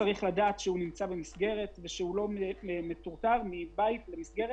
צריך לדעת שהוא לא מטורטר מבית למסגרת.